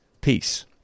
peace